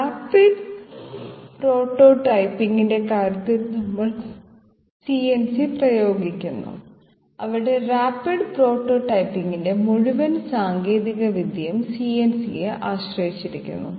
rapid പ്രോട്ടോടൈപ്പിംഗിന്റെ കാര്യത്തിൽ നമ്മൾ CNC പ്രയോഗിക്കുന്നു അവിടെ റാപിഡ് പ്രോട്ടോടൈപ്പിംഗിന്റെ മുഴുവൻ സാങ്കേതികവിദ്യയും CNC യെ ആശ്രയിച്ചിരിക്കുന്നു